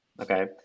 okay